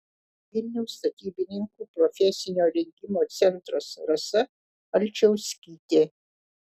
vilniaus statybininkų profesinio rengimo centras rasa alčauskytė